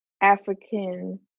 African